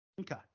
Okay